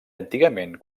antigament